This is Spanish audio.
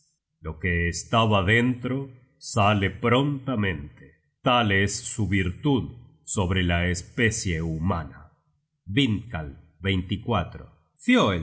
lo que estaba dentro sale prontamente tal es su virtud sobre la especie humana